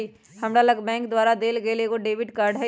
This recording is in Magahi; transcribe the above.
हमरा लग बैंक द्वारा देल गेल एगो डेबिट कार्ड हइ